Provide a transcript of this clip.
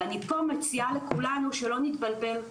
ואני פה מציעה לכולנו שלא נתבלבל,